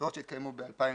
בחירות שהתקיימו ב-2019.